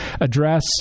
address